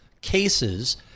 cases